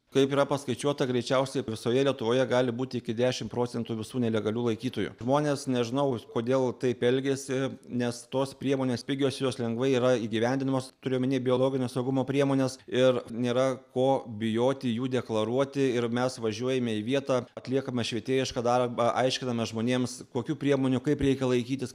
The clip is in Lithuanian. kaip yra paskaičiuota greičiausiai visoje lietuvoje gali būti iki dešim procentų visų nelegalių laikytojų žmonės nežinau kodėl taip elgiasi nes tos priemonės pigios jos lengvai yra įgyvendinamos turiu omeny biologinio saugumo priemones ir nėra ko bijoti jų deklaruoti ir mes važiuojame į vietą atliekame švietėjišką darbą aiškiname žmonėms kokių priemonių kaip reikia laikytis